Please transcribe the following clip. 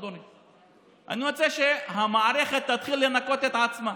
אדוני: אני מציע שהמערכת תתחיל לנקות את עצמה.